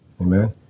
Amen